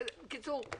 בקיצור,